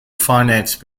finance